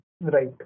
Right